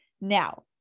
Now